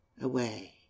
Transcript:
Away